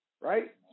right